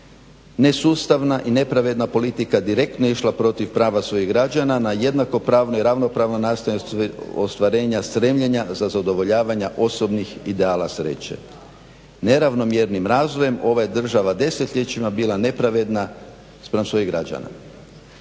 nesustavna i nepravedna politika direktno je išla protiv prava svojih građana ne jednakopravna i ravnopravna nastojanja ostvarenja stremljenja za zadovoljavanja osobnih ideala sreće. Neravnomjernim razvojem ova je država desetljećima bila nepravedna spram svojih građana,